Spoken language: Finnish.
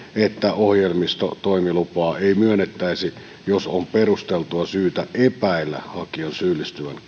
että ohjelmistotoimilupaa ei myönnettäisi jos on perusteltua syytä epäillä hakijan syyllistyvän